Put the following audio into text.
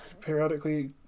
periodically